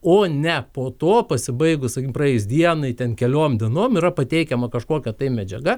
o ne po to pasibaigus praėjus dienai ten keliom dienom yra pateikiama kažkokia tai medžiaga